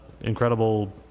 incredible